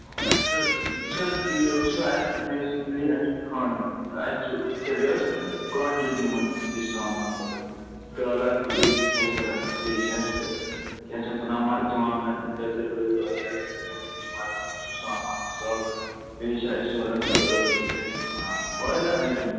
اَسہِ چھِ بہٕ چھ حظ تیٖل چھُ اَسہِ چھُ بیسِکٔلی اَسہِ خاندَر تہٕ اَسہِ چھُ تیٚلہِ حَظ کانٹِٹی منٛز یہِ سامان ضوٚرَتھ داراہ تیٖل چھِ اَسہِ ضوٚرَتھ بیٚیہِ چھِ اَسہِ کیٛاہ چھِ اَتھ وَنان مَرژٕوانٛگَن لیٚدٕر و یٚدٕر وغیرہ چھِ اَسہِ ضوٚرَتھ یُس لَگان چھُ سامان مصالہٕ بیٚیہِ چھِ اَسہِ ضوٚرَتھ کیٛاہ چھِ اَتھ وَنان واریاہ آیٹم چھِ